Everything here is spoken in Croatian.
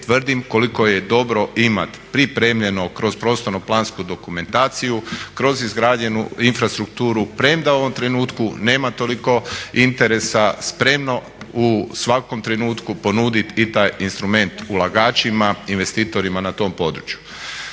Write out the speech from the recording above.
tvrdim koliko je dobro imati pripremljeno kroz prostorno plansku dokumentaciju, kroz izgrađenu infrastrukturu, premda u ovom trenutku nema toliko interesa spremno u svakom trenutku ponuditi i taj instrument ulagačima, investitorima na tom području.